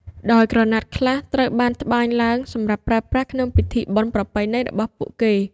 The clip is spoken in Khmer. ដោយក្រណាត់ខ្លះត្រូវបានត្បាញឡើងសម្រាប់ប្រើប្រាស់ក្នុងពិធីបុណ្យប្រពៃណីរបស់ពួកគេ។